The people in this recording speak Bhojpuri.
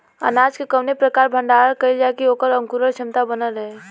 अनाज क कवने प्रकार भण्डारण कइल जाय कि वोकर अंकुरण क्षमता बनल रहे?